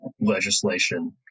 legislation